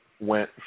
went